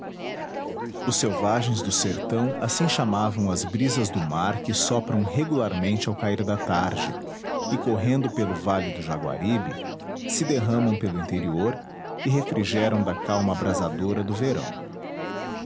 os selvagens do sertão assim chamavam as brisas do mar que sopram regularmente ao cair da tarde e correndo pelo vale do jaguaribe se derramam pelo interior e refrigeram da calma abrasadora do verão